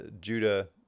Judah